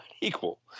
equal